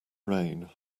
rain